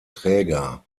träger